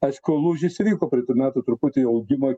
aišku lūžis įvyko praeitų metų truputį augimo